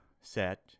set